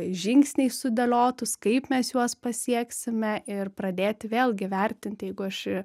žingsniais sudėliotus kaip mes juos pasieksime ir pradėti vėlgi vertinti jeigu aš